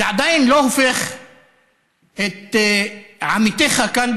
זה עדיין לא הופך את עמיתיך כאן,